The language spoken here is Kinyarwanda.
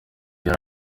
yari